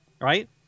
Right